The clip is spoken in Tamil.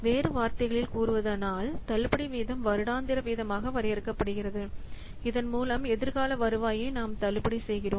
வேறு வார்த்தைகளில் கூறுவதானால் தள்ளுபடி வீதம் வருடாந்திர வீதமாக வரையறுக்கப்படுகிறது இதன் மூலம் எதிர்கால வருவாயை நாம் தள்ளுபடி செய்கிறோம்